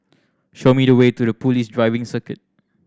show me the way to The Police Driving Circuit